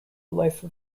life